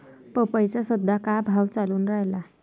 पपईचा सद्या का भाव चालून रायला?